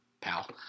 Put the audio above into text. pal